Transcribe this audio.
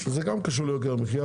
שגם זה קשור ליוקר המחיה